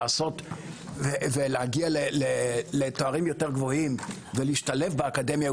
להגיע לתארים יותר גבוהים ולהשתלב באקדמיה,